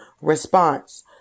response